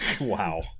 Wow